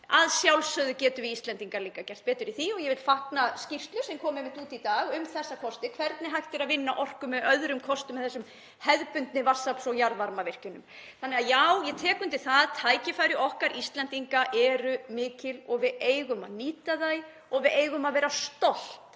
Að sjálfsögðu getum við Íslendingar líka gert betur í því. Ég vil fagna skýrslu sem kom einmitt út í dag um þessa kosti og hvernig hægt er að vinna orku með öðrum kostum en þessum hefðbundnu vatnsafls- og jarðvarmavirkjunum. Þannig að já, ég tek undir það að tækifæri okkar Íslendinga eru mikil og við eigum að nýta þau og við eigum að vera stolt